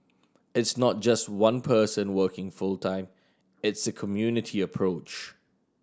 it's not just one person working full time it's a community approach